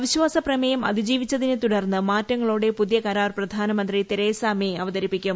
അവിശ്വാസ പ്രമേയം അതിജീവിച്ചതിനെ തുടർന്ന് മാറ്റങ്ങളോടെ പുതിയ കരാർ പ്രധാനമന്ത്രി തെരേസാ മേ അവതരിപ്പിക്കും